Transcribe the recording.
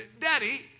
Daddy